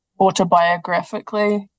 autobiographically